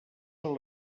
són